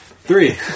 Three